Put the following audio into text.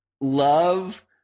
love